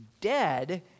dead